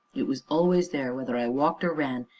it was always there, whether i walked or ran,